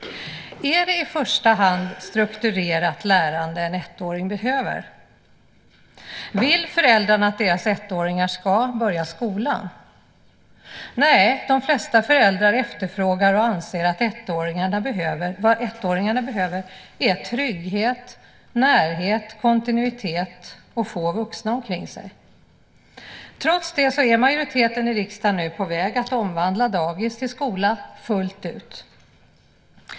Är det i första hand strukturerat lärande som en ettåring behöver? Vill föräldrarna att deras ettåringar ska börja skolan? Nej, de flesta föräldrar efterfrågar och anser att vad ettåringarna behöver är trygghet, närhet, kontinuitet och få vuxna omkring sig. Trots det är majoriteten i riksdagen nu på väg att omvandla dagis till skola fullt ut.